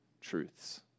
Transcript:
truths